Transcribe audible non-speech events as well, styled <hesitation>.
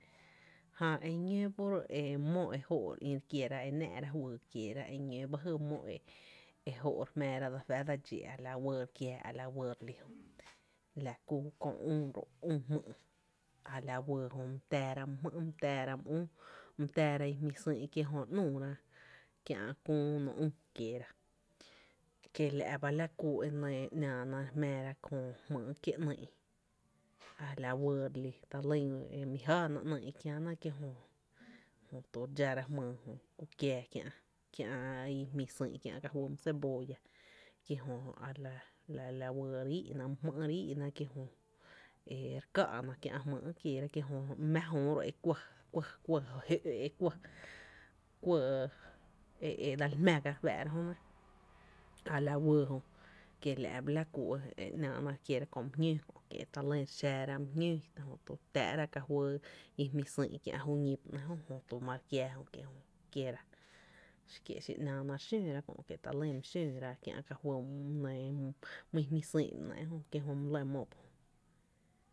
Jää eñǿǿ bo ro’ e mó e jóó’ re ï’ re kierae náá’ra fyy kieera, e ñǿǿ ba jy mó ejóó’ re jmⱥⱥra la fá la dxi la wee re lí ejö la kú köö üü ro’, üü jmý’ a la wee jö my tⱥⱥra mý jmý’, mý üü, my tⱥⱥra i jmí xÿÿ’ kie jö my nüüra kiä’ küü ‘un üü kieera, kiela’ ba la kú ‘naana re jmⱥⱥra kö jmýý’ kié’ ‘nýý’ a la wee re lí talýn re mí jáána ‘nýý’ kie’ jö, jö re dxára jmyy jö ku kiáá kiä’ i jmí sÿÿ’ kiä’ ka fý mý cebolla kie’ jö a la wee re íí’na mý jmý’ re íí’na ere ká’na kiä’ jmyy kieera, mⱥ jöö ro e kuɇ, <hesitation> kuɇ, kuɇ jǿ, kuɇ e dsel jmⱥ ga re fáá’ra jöne, a la wee jö, kiela’ ba la kú ‘nnana re kiéra kö my jñǿǿ kö’ kie’ talyn re xⱥⱥra mý jñǿǿ jötu re tⱥⱥ’ra ju ñi kiä’ i jmí sÿÿ’ ba ‘né’ jö kiela’ mare kiáá jö re lí fó’ re kiera, kiela’ xiru ‘nnana re xǿǿ ra talyn re táá’ra í jmý sÿÿ’ ba nɇɇ’ jö kie’ jö my lɇ mó ba ejö.